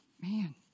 man